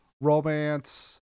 romance